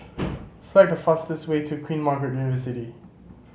select the fastest way to Queen Margaret University